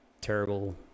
terrible